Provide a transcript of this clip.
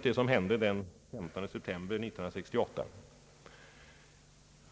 vad som hände den 15 september 1968.